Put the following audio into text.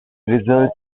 results